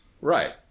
Right